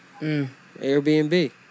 Airbnb